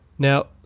Now